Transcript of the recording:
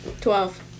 Twelve